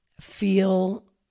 feel